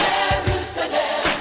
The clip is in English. Jerusalem